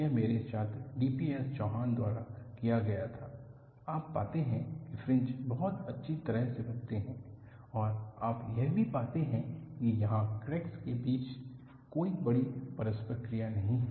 यह मेरे छात्र डीपीएस चौहान द्वारा किया गया था आप पाते हैं कि फ्रिंज बहुत अच्छी तरह से बनते हैं और आप यह भी पाते हैं कि यहाँ क्रैक्स के बीच कोई बड़ी परस्पर क्रिया नहीं है